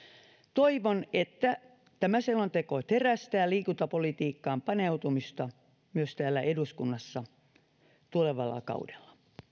toivon että tämä selonteko terästää liikuntapolitiikkaan paneutumista myös täällä eduskunnassa tulevalla kaudella